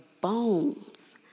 bones